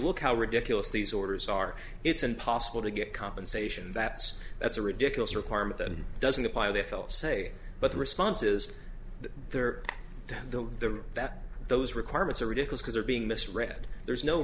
look how ridiculous these orders are it's impossible to get compensation that's that's a ridiculous requirement and doesn't apply they fell say but the response is there that the that those requirements are ridiculous because are being misread there's no